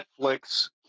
Netflix